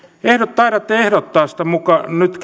taidatte käsitykseni mukaan muka ehdottaa sitä nyt